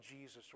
Jesus